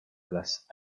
glass